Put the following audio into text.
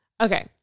Okay